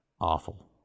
Awful